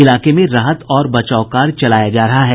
इलाके में राहत और बचाव कार्य चलाया जा रहा है